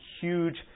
huge